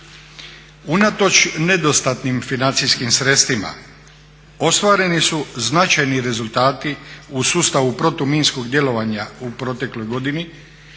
Unatoč nedostatnim financijskim sredstvima ostvareni su značajni rezultati u sustavu protuminskog djelovanja u protekloj godini,